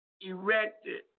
erected